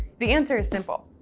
the answer is simple.